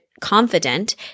confident